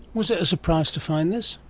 was it a surprise to find this?